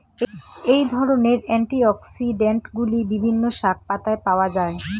এই ধরনের অ্যান্টিঅক্সিড্যান্টগুলি বিভিন্ন শাকপাতায় পাওয়া য়ায়